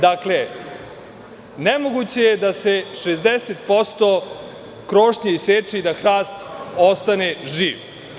Dakle, nemoguće je da se 60% krošnje iseče i da hrast ostane živ.